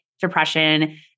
depression